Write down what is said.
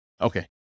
Okay